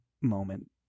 moment